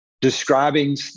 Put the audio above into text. describing